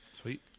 sweet